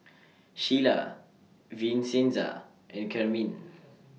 Shelia Vincenza and Carmine